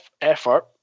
effort